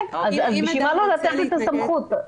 אז למה לא לתת את הסמכות?